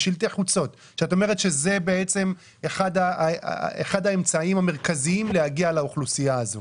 שאת אומרת שזה אחד האמצעים המרכזיים להגיע לאוכלוסייה הזאת